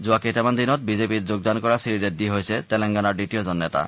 যোৱা কেইটামান দিনত বিজেপিত যোগদান কৰা শ্ৰীৰেড্ডী হৈছে তেলেংগানাৰ দ্বিতীয়জন নেতা